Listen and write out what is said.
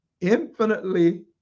infinitely